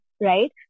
right